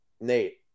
Nate